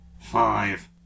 Five